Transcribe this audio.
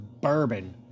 bourbon